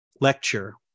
lecture